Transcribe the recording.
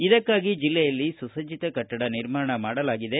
ಇದಕ್ಕಾಗಿ ಜಿಲ್ಲೆಯಲ್ಲಿ ಸುಸಜ್ಜಿತ ಕಟ್ಟಡ ನಿರ್ಮಾಣ ಮಾಡಲಾಗಿದೆ